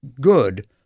good